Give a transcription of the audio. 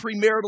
premarital